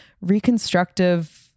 reconstructive